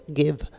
give